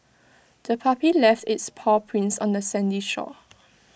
the puppy left its paw prints on the sandy shore